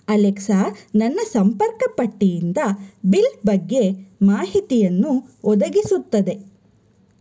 Alexa ನನ್ನ ಸಂಪರ್ಕ ಪಟ್ಟಿಯಿಂದ ಬಿಲ್ ಬಗ್ಗೆ ಮಾಹಿತಿಯನ್ನು ಒದಗಿಸುತ್ತದೆ